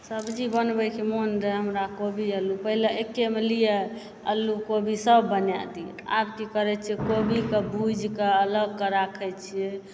सब्जी बनबै के मोन रहै हमरा कोबी अल्लू पहिले एक्केमे लियै अल्लू कोबी सभ बना दियै आब की करै छियै कोबीके भूजि कऽ अलग कऽ राखै छियै पहिले की करै छियै कोबीके उबालि कऽ अलग राखै छियै कियाकि ओहिमे कीड़ा मकौरा रहै छै